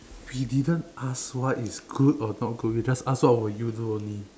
you didn't ask what is good or not good you just ask what would you do only